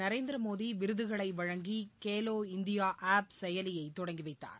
நரேந்திர மோடி விருதுகளை வழங்கி Khelo India app செயலியை தொடங்கி வைத்தார்